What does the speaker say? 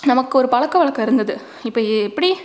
நமக்கு ஒரு பழக்கவழக்கம் இருந்தது இப்போ எப்படி